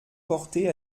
porté